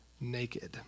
naked